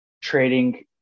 trading